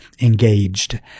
engaged